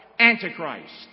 antichrist